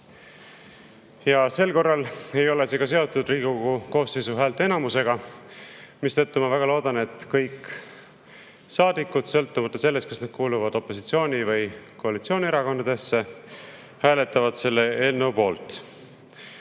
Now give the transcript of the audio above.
Sel korral ei ole see seotud Riigikogu koosseisu häälteenamusega, mistõttu ma väga loodan, et kõik saadikud, sõltumata sellest, kas nad kuuluvad opositsiooni- või koalitsioonierakonda, hääletavad selle eelnõu poolt.